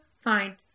Fine